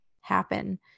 happen